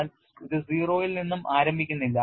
എന്നാൽ ഇത് 0 ൽ നിന്ന് ആരംഭിക്കുന്നില്ല